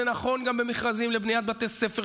זה נכון גם במכרזים לבניית בתי ספר,